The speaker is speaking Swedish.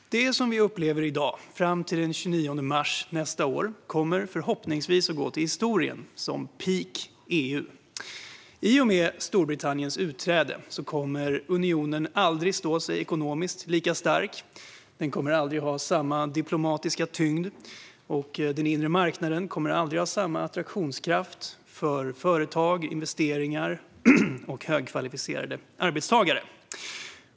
Herr talman! Det vi upplever nu, fram till den 29 mars nästa år, kommer förhoppningsvis att gå till historien som peak EU. I och med Storbritanniens utträde kommer unionen aldrig att stå sig ekonomiskt lika stark, den kommer aldrig att ha samma diplomatiska tyngd och den inre marknaden kommer aldrig att ha samma attraktionskraft för företag, investeringar och högkvalificerade arbetstagare.